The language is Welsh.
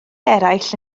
eraill